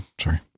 sorry